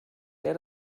der